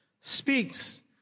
speaks